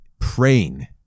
Praying